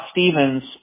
Stevens